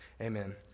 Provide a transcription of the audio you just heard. Amen